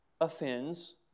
offends